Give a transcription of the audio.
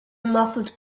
muffled